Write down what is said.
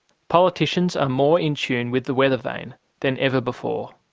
politicians are more in tune with the weather vane than ever before.